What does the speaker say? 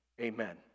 Amen